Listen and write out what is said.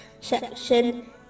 section